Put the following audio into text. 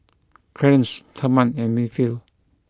Clarnce Therman and Winfield